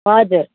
हजुर